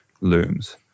looms